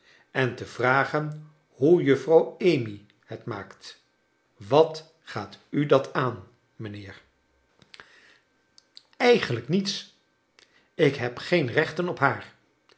en te vragen hoe juffrouw amy het maakt wat gaat u dat aan mrjnheer charles dickens eigenlijk niets ik heb geen rechten op haar